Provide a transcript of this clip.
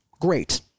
great